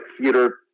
theater